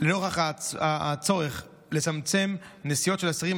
לנוכח הצורך לצמצם נסיעות של אסירים,